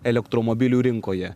elektromobilių rinkoje